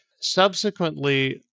subsequently